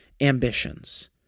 ambitions